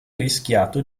rischiato